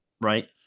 Right